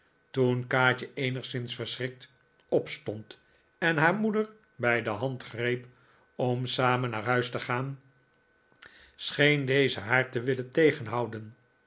toen kaatje eenigszins verschrikt opstond en haar moeder bij de hand greep om samen naar huis te gaan scheen deze nikola as nickleby liaar te willen tegerihouden